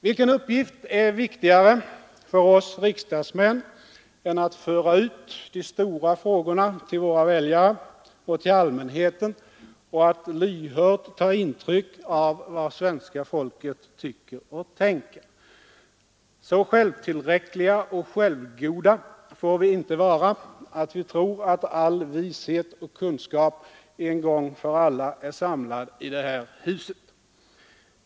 Vilken uppgift är viktigare för oss riksdagsmän än att föra ut de stora frågorna till våra väljare och till allmänheten och att lyhört ta intryck av vad svenska folket tycker och tänker? Så självtillräckliga och självgoda får vi inte vara att vi tror att all vishet och kunskap en gång för alla är samlad i det här huset.